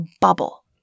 bubble